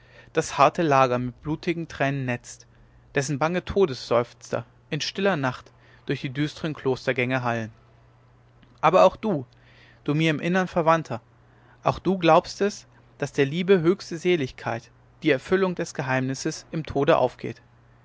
das harte lager mit blutigen tränen netzt dessen bange todesseufzer in stiller nacht durch die düstren klostergänge hallen aber auch du du mir im innern verwandter auch du glaubst es daß der liebe höchste seligkeit die erfüllung des geheimnisses im tode aufgeht